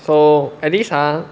so at least ah